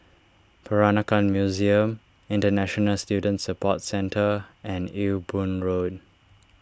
Peranakan Museum International Student Support Centre and Ewe Boon Road